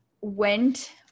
went